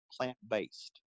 plant-based